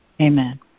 Amen